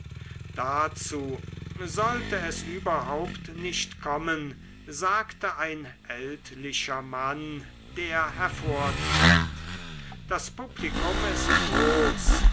dazu sollte es überhaupt nicht kommen sagte ein ältlicher mann der hervortrat das publikum ist groß